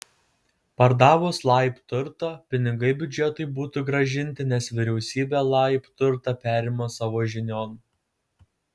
pardavus laib turtą pinigai biudžetui būtų grąžinti nes vyriausybė laib turtą perima savo žinion